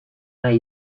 nahi